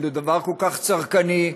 לדבר כל כך צרכני,